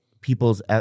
people's